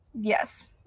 Yes